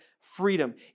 freedom